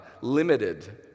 limited